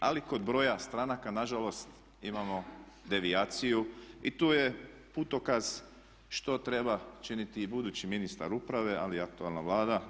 Ali kod broja stranaka na žalost imamo devijaciju i tu je putokaz što treba činiti i budući ministar uprave, ali i aktualna Vlada.